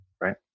right